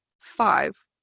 five